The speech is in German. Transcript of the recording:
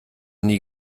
nie